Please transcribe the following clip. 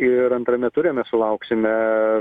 ir antrame ture mes sulauksime